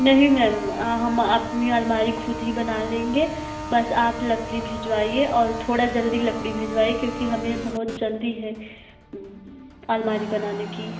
नहीं मैम हम अपनी अलमारी ख़ुद ही बना लेंगे बस आप लकड़ी भिजवाइए और थोड़ा जल्दी लकड़ी भिजवाइए क्योंकि हमें बहुत जल्दी है आलमारी बनाने की